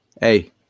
Hey